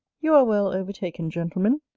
you are well overtaken, gentlemen!